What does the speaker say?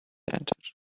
entered